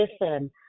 listen